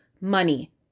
Money